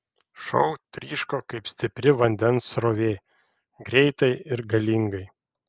šou tryško kaip stipri vandens srovė greitai ir galingai